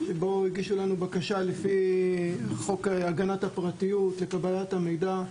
בו יגישו לנו בקשה לפי חוק הגנת הפרטיות לקבלת המידע,